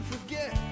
forget